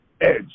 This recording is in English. edge